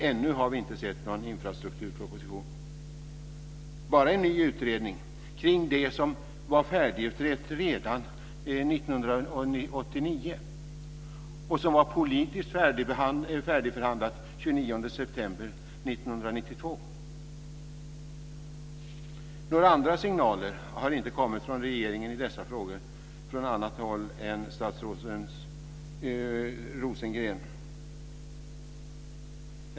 Ännu har vi inte sett någon infrastrukturproposition, bara en ny utredning om det som var färdigutrett redan 1989 och som var politiskt färdigförhandlat den 29 september 1992. Några signaler har inte kommit från regeringen i dessa frågor annat än från statsrådet Rosengren.